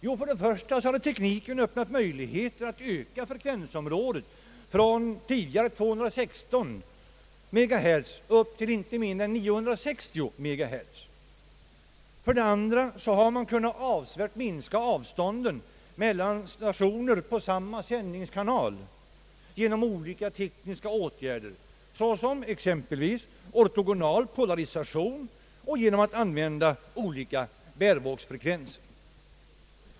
Jo, för det första hade tekniken öppnat möjligheter att öka frekvensområdet från tidigare 216 MHz upp till inte mindre än 960. För det andra har man avsevärt kunnat minska avstånden mellan stationer på samma sändningskanal genom olika tekniska åtgärder såsom ortogonal polarisation och genom att använda olika bärvågsfrekvenser.